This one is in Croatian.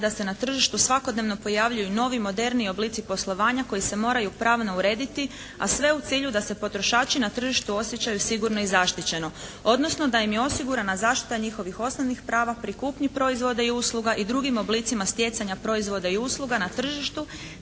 da se na tržištu svakodnevno pojavljuju noviji, moderniji oblici poslovanja koji se moraju pravno urediti, a sve u cilju da se potrošači na tržištu osjećaju sigurno i zaštićeno, odnosno da im je osigurana zaštita njihovih osnovnih prava pri kupnji proizvoda i usluga i drugim oblicima stjecanja proizvoda i usluga na tržištu,